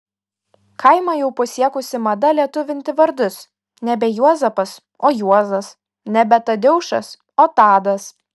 kaimą jau pasiekusi mada lietuvinti vardus nebe juozapas o juozas nebe tadeušas o tadas